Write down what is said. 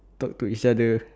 talk to each other